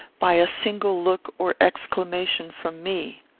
by a single look or exclamation from me.